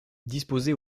disposé